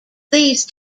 these